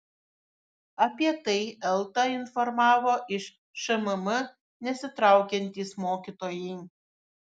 apie tai eltą informavo iš šmm nesitraukiantys mokytojai